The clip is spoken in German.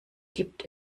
gibt